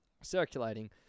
circulating